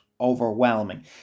overwhelming